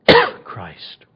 Christ